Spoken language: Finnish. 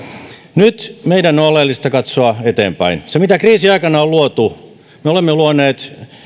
nyt meidän on oleellista katsoa eteenpäin mitä kriisin aikana on luotu me olemme luoneet